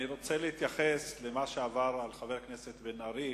אני רוצה להתייחס למה שעבר על חבר הכנסת בן-ארי,